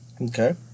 Okay